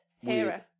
Hera